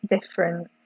different